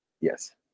Yes